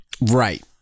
Right